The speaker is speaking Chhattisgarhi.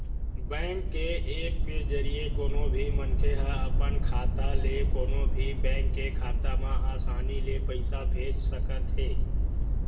बेंक के ऐप्स के जरिए कोनो भी मनखे ह अपन खाता ले कोनो भी बेंक के खाता म असानी ले पइसा भेज सकत हे